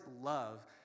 love